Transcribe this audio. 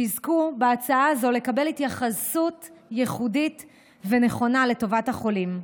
שבהצעה הזו יזכו לקבל התייחסות ייחודית ונכונה לטובת החולים.